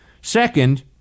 Second